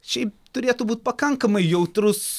šiaip turėtų būt pakankamai jautrus